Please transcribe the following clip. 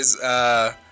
guys